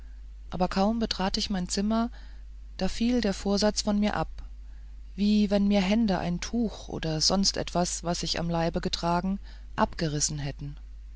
aber kaum betrat ich mein zimmer da fiel der vorsatz von mir ab wie wenn mir hände ein tuch oder sonst etwas was ich am leibe getragen abgerissen hätten